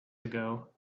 ago